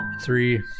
three